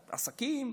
עסקים.